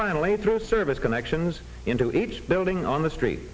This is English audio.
finally through service connections into each building on the street